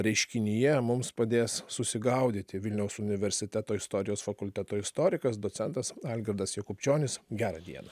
reiškinyje mums padės susigaudyti vilniaus universiteto istorijos fakulteto istorikas docentas algirdas jakubčionis gerą dieną